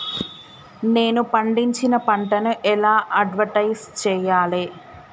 నేను పండించిన పంటను ఎలా అడ్వటైస్ చెయ్యాలే?